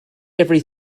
every